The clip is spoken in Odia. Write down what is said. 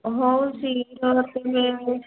ହେଉ ଶୀଘ୍ର ତେବେ